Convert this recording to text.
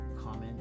comment